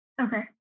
Okay